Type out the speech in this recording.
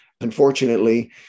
unfortunately